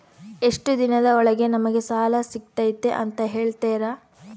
ಎಷ್ಟು ದಿನದ ಒಳಗೆ ನಮಗೆ ಸಾಲ ಸಿಗ್ತೈತೆ ಅಂತ ಹೇಳ್ತೇರಾ?